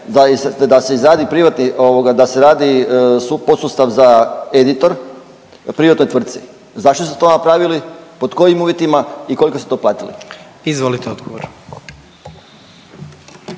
da se radi podsustav za editor privatnoj tvrci. Zašto ste to napravili? Pod kojim uvjetima i koliko ste to platili? **Jandroković,